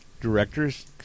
directors